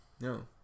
No